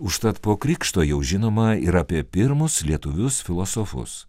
užtat po krikšto jau žinoma ir apie pirmus lietuvius filosofus